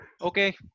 Okay